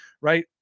Right